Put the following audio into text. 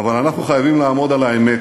אבל אנחנו חייבים לעמוד על האמת,